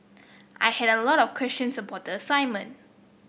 I had a lot of questions about the assignment